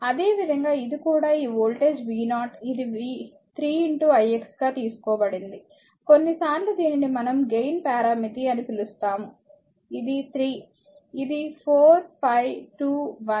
అదేవిధంగా ఇది కూడా ఈ వోల్టేజ్ v0 ఇది 3 ix గా తీసుకోబడింది కొన్నిసార్లు దీనిని మనం గెయిన్ పరామితి 3 అని పిలుస్తాము ఇది 3 ఇది 4 5 2 1